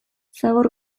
zabor